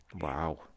wow